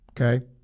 okay